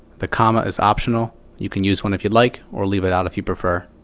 the comma is optional you can use one if you like, or leave it out if you prefer.